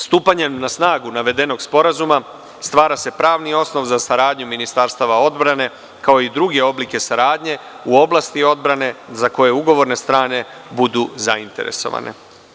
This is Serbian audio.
Stupanjem na snagu navedenog sporazuma stvara se pravni osnov za saradnju ministarstava odbrane kao i druge oblike saradnje u oblasti odbrane za koje ugovorne strane budu zainteresovane.